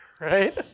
right